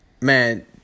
Man